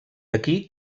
d’aquí